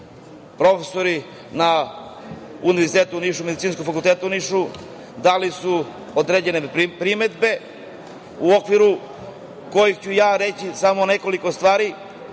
profesori na Univerzitetu u Nišu, Medicinskog fakulteta u Nišu, dali su određene primedbe, u okviru kojih ću ja reći samo nekoliko stvari